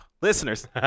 listeners